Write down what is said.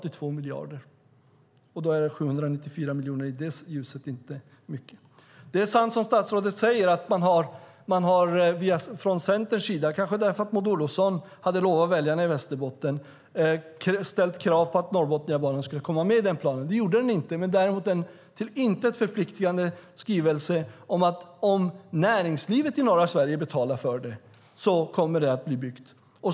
I det ljuset är 794 miljoner inte så mycket. Det är sant som statsrådet säger att Centern, kanske därför att Maud Olofsson hade lovat väljarna i Västerbotten det, har ställt krav på att Norrbotniabanan skulle komma med i den planen. Det gjorde den inte, men däremot kom en till intet förpliktande skrivelse med om att om näringslivet i norra Sverige betalar kommer den att bli byggd.